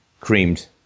creamed